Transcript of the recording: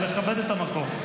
אבל לכבד את המקום.